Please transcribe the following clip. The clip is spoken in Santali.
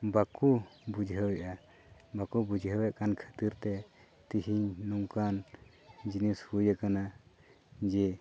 ᱵᱟᱠᱚ ᱵᱩᱡᱷᱟᱹᱣᱮᱫᱼᱟ ᱵᱟᱠᱚ ᱵᱩᱡᱷᱟᱹᱣᱮᱫ ᱠᱟᱱ ᱠᱷᱟᱹᱛᱤᱨᱛᱮ ᱛᱮᱦᱮᱧ ᱱᱚᱝᱠᱟᱱ ᱡᱤᱱᱤᱥ ᱦᱩᱭ ᱟᱠᱟᱱᱟ ᱡᱮ